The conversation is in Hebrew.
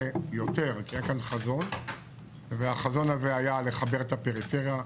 כי היה כאן חזון והחזון הזה היה לחבר את הפריפריה,